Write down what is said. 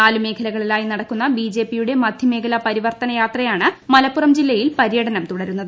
നാല് മേഖലകളിലായി നടക്കുന്ന ബിജെപിയുടെ മധ്യമേഖല പരിവർത്തനയാത്രയാണ് മലപ്പുറം ജില്ലയിൽ പര്യടനം തുടരുന്നത്